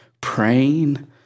praying